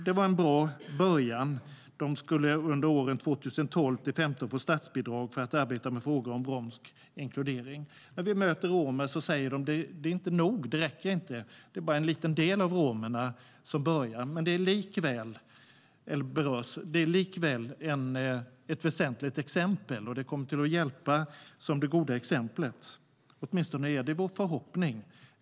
Det var en bra början. De skulle åren 2012-2015 få statsbidrag för att arbeta med frågor om romsk inkludering. När vi möter romer säger de att det inte räcker, att det bara är en liten del av romerna som berörs. Men det är likväl ett väsentligt exempel. Det kommer att hjälpa till som det goda exemplet, åtminstone är det vår förhoppning.